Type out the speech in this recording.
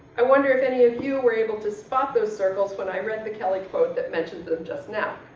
i wonder if any of you were able to spot those circles when i read the kelly quote that mentioned them just now.